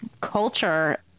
culture